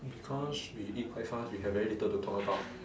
because we eat quite fast we have very little to talk about